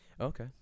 Okay